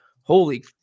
holy